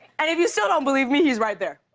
and if you still don't believe me, he's right there.